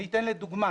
אני אתן לדוגמה,